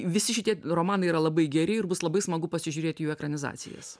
visi šitie romanai yra labai geri ir bus labai smagu pasižiūrėti jų ekranizacijas